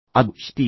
ಅದು ಶಕ್ತಿಯೇ